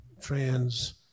trans